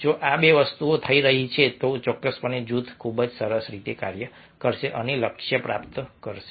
જો આ બે વસ્તુઓ થઈ રહી છે તો ચોક્કસપણે જૂથ ખૂબ જ સરસ રીતે કાર્ય કરશે અને લક્ષ્ય પ્રાપ્ત કરશે